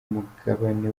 umugabane